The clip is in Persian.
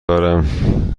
دارم